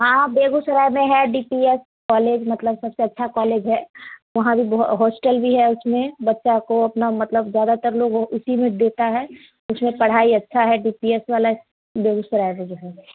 हाँ बेगूसराय में है डी पी एस कॉलेज मतलब सबसे अच्छा कॉलेज है वहाँ भी बहो हॉस्टल भी है उसमें बच्चा को अपना मतलब ज़्यादातर लोग उसी में देता है उसमें पढ़ाई अच्छी है डी पी एस वाला बेगूसराय में जो है